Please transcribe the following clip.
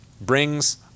brings